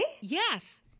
Yes